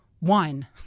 Wine